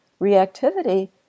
reactivity